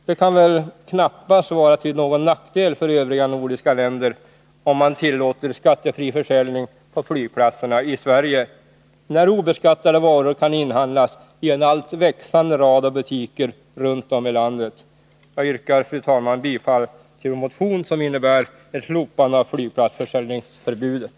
Det kan väl knappast vara till någon nackdel för övriga nordiska länder om man tillåter skattefri försäljning på flygplatserna i Sverige när obeskattade varor kan inhandlas i en alltmer växande rad av butiker runt om i landet. Jag yrkar, fru talman, bifall till vår motion, som innebär ett slopande av Nr 150